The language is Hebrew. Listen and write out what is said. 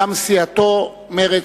גם סיעתו, מרצ,